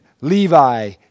Levi